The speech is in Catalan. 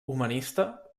humanista